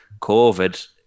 COVID